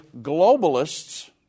globalists